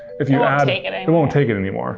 if you add it and it won't take it anymore